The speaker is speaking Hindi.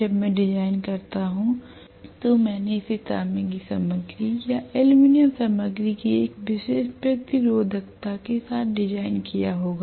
जब मैं डिजाइन करता हूं तो मैंने इसे तांबे की सामग्री या एल्यूमीनियम सामग्री की एक विशेष प्रतिरोधकता के साथ डिजाइन किया होगा